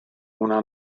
una